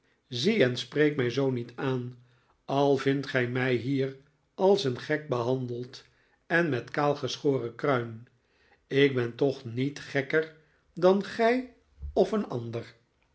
zie en spreek mij zoo niet aan al vindt gij mij hier als een gek behandeld en met kaalgeschoren kruin ik ben toch niet gekker dan gij of een ander